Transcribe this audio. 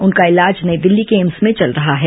उनका इलाज नई दिल्ली के एम्स में चल रहा है